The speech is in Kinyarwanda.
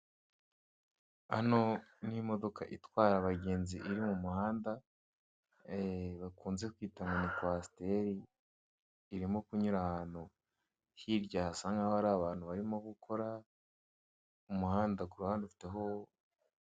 Hano n'imodoka itwara abagenzi iri mu muhanda, bakunze kwita ngo ni kwasteri, irimo kunyura ahantu hirya hasa nk'ahari abantu bari gukora. Umuhanda ku ruhande ufiteho...